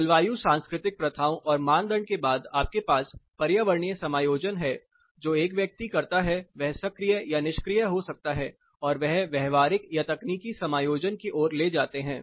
जलवायु सांस्कृतिक प्रथाओं और मानदंड के बाद आपके पास पर्यावरणीय समायोजन है जो एक व्यक्ति करता है वह सक्रिय या निष्क्रिय हो सकता है और वह व्यवहारिक या तकनीकी समायोजन की ओर ले जाते है